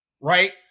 right